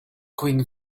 going